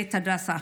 ובמכללת הדסה.